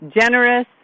generous